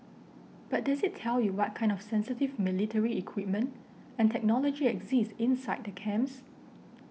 but does it tell you what kind of sensitive military equipment and technology exist inside the camps